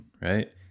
right